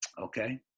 Okay